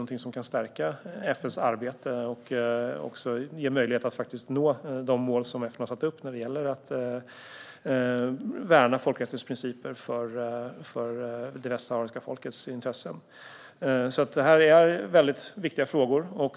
Detta kan stärka FN:s arbete och ge möjlighet att nå de mål som FN har satt upp när det gäller att värna folkrättens principer för det västsahariska folkets intressen. Detta är viktiga frågor.